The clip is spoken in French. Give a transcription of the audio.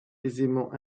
aisément